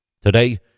Today